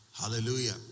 Hallelujah